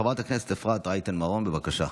חברת הכנסת אפרת רייטן מרום, בבקשה.